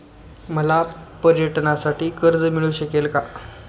मला पर्यटनासाठी कर्ज मिळू शकेल का?